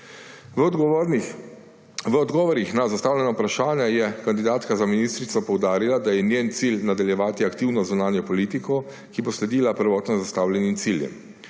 V odgovorih na zastavljena vprašanja je kandidatka za ministrico poudarila, da je njen cilj nadaljevati aktivno zunanjo politiko, ki bo sledila prvotno zastavljenim ciljem.